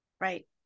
Right